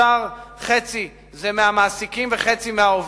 השאר, חצי מהמעסיקים וחצי מהעובדים.